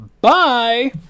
Bye